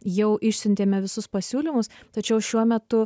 jau išsiuntėme visus pasiūlymus tačiau šiuo metu